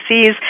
sees